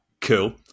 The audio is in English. Cool